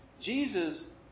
Jesus